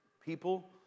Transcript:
people